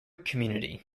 community